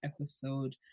episode